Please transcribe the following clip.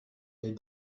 les